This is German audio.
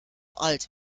alt